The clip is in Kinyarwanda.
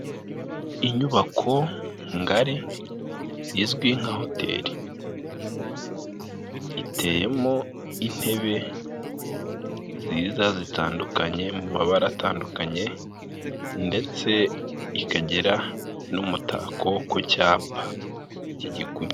Inyubako ngari izwi nka hoteli, iteyemo intebe nziza zitandukanye mu mabara atandukanye ndetse ikagera n'umutako ku cyapa k'igikuta.